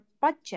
budget